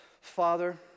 Father